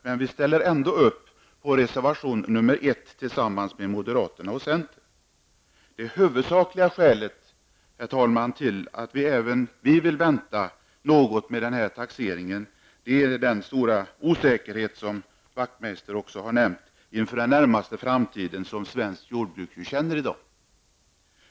Men vi ställer ändå upp bakom reservation 1 tillsammans med moderaterna och centern. Det huvudsakliga skälet, herr talman, till att även vi vill vänta något med denna taxering är den stora osäkerhet inför den närmaste framtiden som svenskt jordbruk känner i dag, något som också Knut Wachtmeister har nämnt.